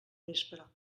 vespre